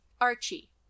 Archie